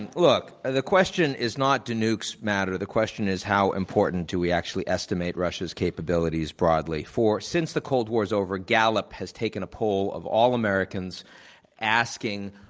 and look, ah the question is not, do nukes matter? the question is, how important do we actually estimate russia's capabilities broadly for since the cold war is over, gallup has taken a poll of all americans asking,